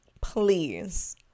please